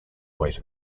weight